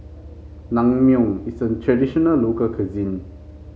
Naengmyeon is a traditional local cuisine